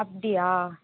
அப்படியா